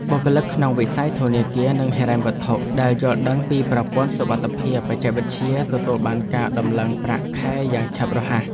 បុគ្គលិកក្នុងវិស័យធនាគារនិងហិរញ្ញវត្ថុ ដែលយល់ដឹងពីប្រព័ន្ធសុវត្ថិភាពបច្ចេកវិទ្យាទទួលបានការដំឡើងប្រាក់ខែយ៉ាងឆាប់រហ័ស។